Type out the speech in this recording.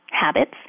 habits